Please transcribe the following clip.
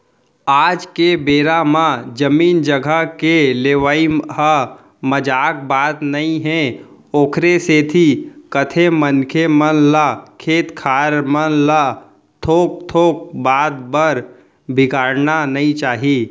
आज के बेरा म जमीन जघा के लेवई ह मजाक बात नई हे ओखरे सेती कथें मनखे मन ल खेत खार मन ल थोक थोक बात बर बिगाड़ना नइ चाही